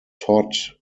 todd